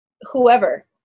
whoever